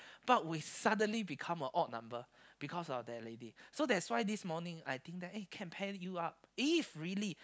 but we suddenly become a odd number because of that lady so that's why this morning I think that eh can pair you up if really